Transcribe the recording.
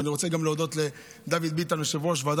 ואני רוצה להודות לחבר הכנסת